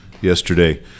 yesterday